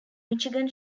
michigan